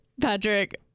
Patrick